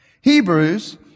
Hebrews